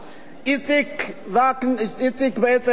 בעצם הוא המלבין של שר האוצר,